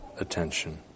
attention